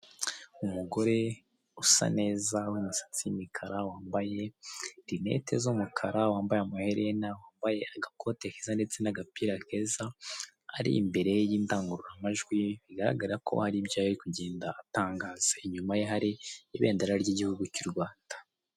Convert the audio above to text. Umugore usa neza w'imisatsi y'imikara wambaye rinete z'imikara, wambaye amaherena, wambaye agakote keza ndetse n'agapira keza, ari imbere y'indangururamajwi bigaragara ko hari ibyo ari kugenda atangaza, inyuma ye hari ibendera ry'igihugu cy'u Rwanda.